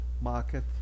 market